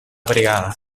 brigada